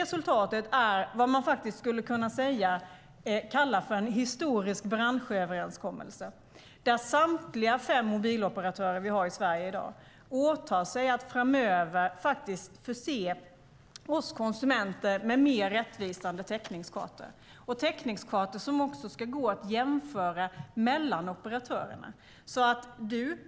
Det är vad man faktiskt skulle kunna kalla en historisk branschöverenskommelse där samtliga fem mobiloperatörer som vi har i Sverige i dag åtar sig att framöver faktiskt förse oss konsumenter med mer rättvisande täckningskartor, och de täckningskartorna ska också kunna gå att jämföra mellan operatörerna.